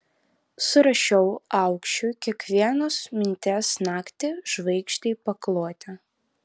surašiau aukščiui kiekvienos minties naktį žvaigždei pakloti